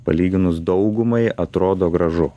palyginus daugumai atrodo gražu